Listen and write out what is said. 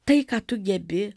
tai ką tu gebi